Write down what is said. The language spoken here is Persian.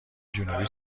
جنوبی